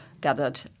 gathered